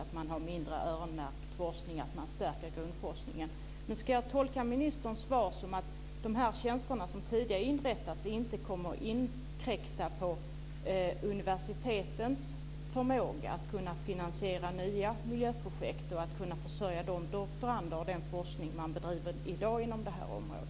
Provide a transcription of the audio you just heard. Herr talman! Jag har en följdfråga. Jag vill än en gång betona att vi från Vänsterpartiet och jag personligen tycker att det är en mycket bra förändring av svensk forskningspolitik. Man har mindre öronmärkt forskning och stärker grundforskningen. Ska jag tolka ministerns svar som att de tjänster som tidigare inrättats inte kommer att inkräkta på universitetens förmåga att finansiera nya miljöprojekt och försörja de doktorander och den forskning man bedriver i dag inom detta område?